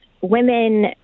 women